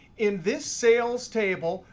in this sales table,